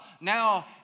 Now